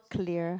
clear